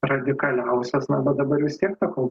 radikaliausias na va dabar vis tiek tą kol